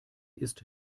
ist